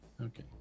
Okay